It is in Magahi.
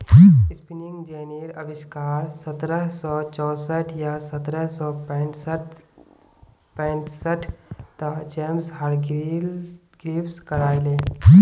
स्पिनिंग जेनीर अविष्कार सत्रह सौ चौसठ या सत्रह सौ पैंसठ त जेम्स हारग्रीव्स करायले